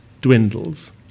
dwindles